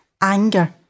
anger